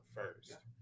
first